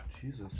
jesus